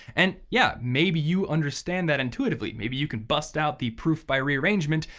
and yeah, maybe you understand that intuitively, maybe you could bust out the proof by rearrangement,